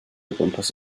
ogwmpas